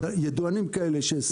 ידוענים כאלה,